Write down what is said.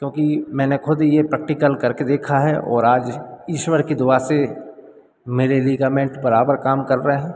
क्योंकि मैंने खुद यह प्रैक्टिकल करके देखा है और आज ईश्वर की दुआ से मेरे लीगामेंट बराबर काम कर रहे हैं